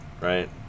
right